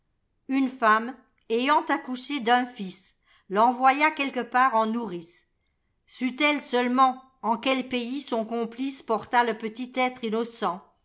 une femme ayant accouché d'un fils l'envoya quelque part en nourrice sut-elle seulement en quel pays son complice porta le petit être innocent